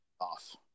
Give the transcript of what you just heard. off